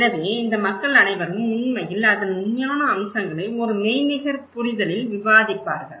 எனவே இந்த மக்கள் அனைவரும் உண்மையில் அதன் உண்மையான அம்சங்களை ஒரு மெய்நிகர் புரிதலில் விவாதிப்பார்கள்